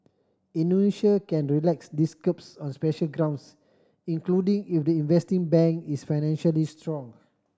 Indonesia can relax these curbs on special grounds including if the investing bank is financially strong